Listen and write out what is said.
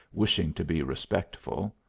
wishing to be respectful.